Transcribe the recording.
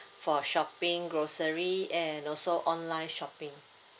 for shopping grocery and also online shopping